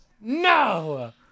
No